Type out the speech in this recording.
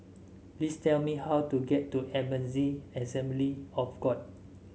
please tell me how to get to Ebenezer Assembly of God